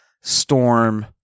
Storm